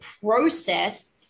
process